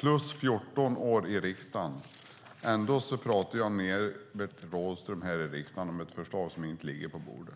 plus 14 år i riksdagen - ändå pratar han här i riksdagen om ett förslag som inte ligger på bordet.